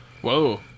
Whoa